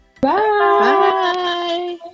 Bye